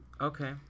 Okay